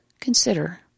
consider